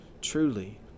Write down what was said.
Truly